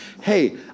hey